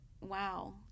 wow